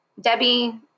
Debbie